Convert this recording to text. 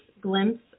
glimpse